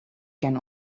can